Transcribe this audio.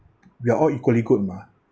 we are all equally good mah